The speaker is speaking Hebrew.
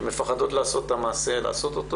זה מה שכתוב תמיד בהסדרי הטיעון.